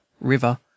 river